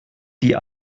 die